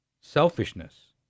selfishness